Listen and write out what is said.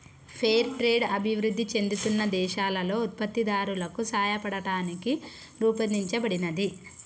fair trade అభివృద్ధి చెందుతున్న దేశాలలో ఉత్పత్తిదారులకు సాయపడటానికి రూపొందించబడినది